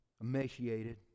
emaciated